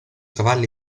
cavalli